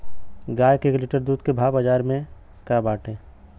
गाय के एक लीटर दूध के भाव बाजार में का बाटे?